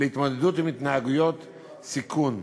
להתמודדות עם התנהגויות סיכון.